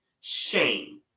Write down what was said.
shame